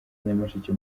nyamasheke